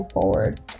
forward